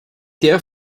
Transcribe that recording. der